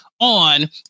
on